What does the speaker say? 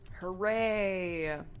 Hooray